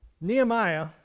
Nehemiah